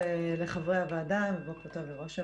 לחברי הוועדה, בוקר טוב לראש הוועדה.